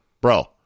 bro